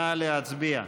נא להצביע.